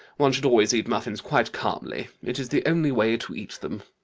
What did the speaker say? one should always eat muffins quite calmly. it is the only way to eat them.